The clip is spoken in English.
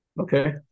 Okay